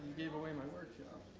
gave away my workshop.